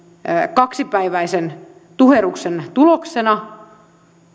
kaksipäiväisen tuherruksen tuloksena